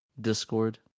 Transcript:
Discord